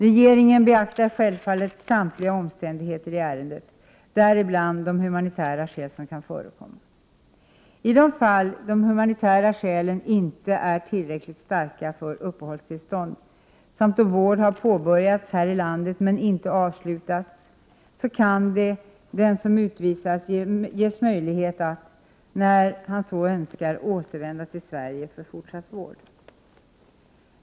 Regeringen beaktar självfallet samtliga omständigheter i ärendet, däribland de humanitära skäl som kan förekomma. I de fall där de humanitära skälen inte är tillräckligt starka för uppehållstillstånd samt då vård har påbörjats här i landet men inte avslutats, kan den som utvisas ges möjlighet att, när han så önskar, återvända till Sverige för fortsatt vård.